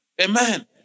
Amen